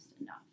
enough